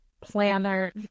planner